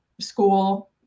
school